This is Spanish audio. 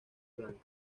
blancas